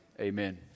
amen